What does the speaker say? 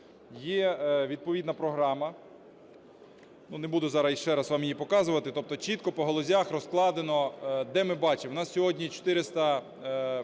Є відповідна програма. Не буду зараз іще вам її показувати. Тобто чітко по галузях розкладено, де, ми бачимо,